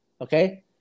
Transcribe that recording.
okay